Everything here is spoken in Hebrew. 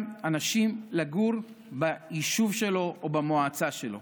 אנשים לגור ביישוב שלו או במועצה שלו.